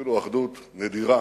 אפילו אחדות נדירה,